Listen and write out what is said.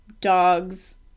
dogs